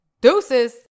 Deuces